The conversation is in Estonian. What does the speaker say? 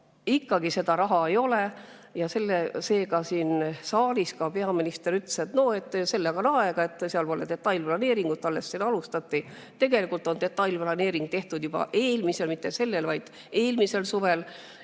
Ikkagi seda raha ei ole. Siin saalis ka peaminister ütles, et sellega on aega, et pole detailplaneeringut, alles alustati. Tegelikult tehti detailplaneering juba eelmisel, mitte sellel, vaid eelmisel suvel